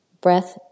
Breath